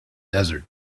desert